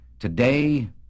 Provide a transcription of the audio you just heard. Today